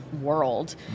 world